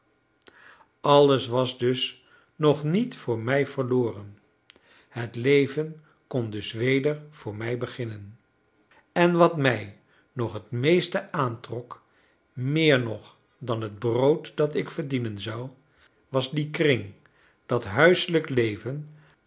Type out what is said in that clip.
alles was dus nog niet voor mij verloren het leven kon dus weder voor mij beginnen en wat mij nog het meest aantrok meer nog dan het brood dat ik verdienen zou was die kring dat huiselijk leven